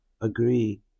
Agree